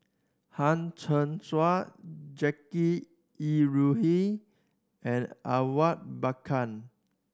Hang Chang Chieh Jackie Yi Ru Ying and Awang Bakar